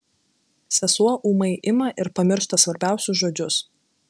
sesuo ūmai ima ir pamiršta svarbiausius žodžius